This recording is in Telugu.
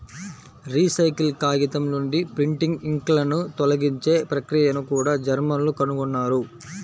రీసైకిల్ కాగితం నుండి ప్రింటింగ్ ఇంక్లను తొలగించే ప్రక్రియను కూడా జర్మన్లు కనుగొన్నారు